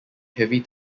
heavy